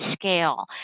scale